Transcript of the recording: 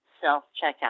self-checkout